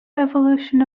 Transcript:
evolution